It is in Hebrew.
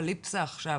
אפוקליפסה עכשיו.